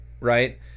right